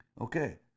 Okay